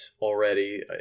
already